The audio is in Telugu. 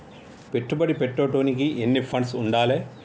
పెట్టుబడి పెట్టేటోనికి ఎన్ని ఫండ్స్ ఉండాలే?